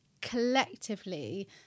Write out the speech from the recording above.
collectively